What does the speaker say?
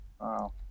wow